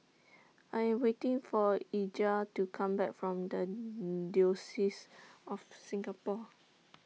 I Am waiting For Eligah to Come Back from The Diocese of Singapore